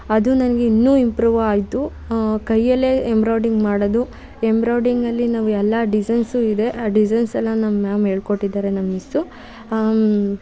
ಅದು ನನಗೆ ಇನ್ನೂ ಇಂಪ್ರೂವ್ ಆಯಿತು ಕೈಯಲ್ಲೇ ಎಂಬ್ರಾಯ್ಡಿಂಗ್ ಮಾಡೋದು ಎಂಬ್ರಾಯ್ಡಿಂಗಲ್ಲಿ ನಾವು ಎಲ್ಲ ಡಿಝೈನ್ಸೂ ಇದೆ ಆ ಡಿಝೈನ್ಸ್ ಎಲ್ಲ ನಮ್ಮ ಮ್ಯಾಮ್ ಹೇಳ್ಕೊಟ್ಟಿದ್ದಾರೆ ನಮ್ಮ ಮಿಸ್ಸು